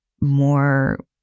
more